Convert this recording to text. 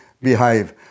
behave